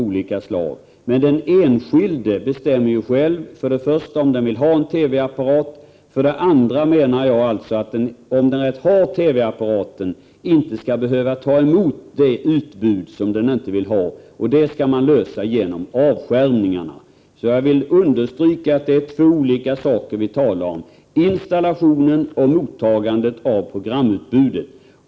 1988/89:97 av olika slag, men för det första bestämmer den enskilde själv om han vill ha 14 april 1989 en TV-apparat, och för det andra skall inte den som har TV-apparaten behöva ta emot det utbud som han inte vill ha. Detta skall ordnas genom avskärmningarna. Jag vill understryka att det är två olika saker vi talar om, dvs. installationen och mottagandet av programutbudet.